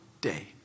day